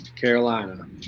Carolina